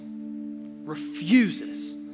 refuses